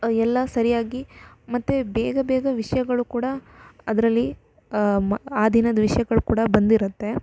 ಎಲ್ಲ ಸರಿಯಾಗಿ ಮತ್ತು ಬೇಗ ಬೇಗ ವಿಷಯಗಳು ಕೂಡ ಅದರಲ್ಲಿ ಮ ಆ ದಿನದ ವಿಷ್ಯಗಳು ಕೂಡ ಬಂದಿರುತ್ತೆ